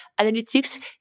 analytics